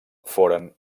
foren